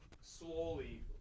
slowly